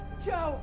joe,